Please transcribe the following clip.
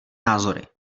názory